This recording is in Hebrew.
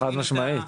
חד משמעית.